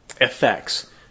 effects